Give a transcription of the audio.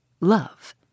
love